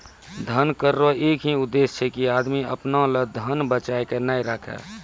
धन कर रो एक ही उद्देस छै की आदमी अपना लो धन बचाय के नै राखै